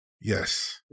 Yes